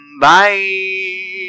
Bye